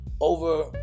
over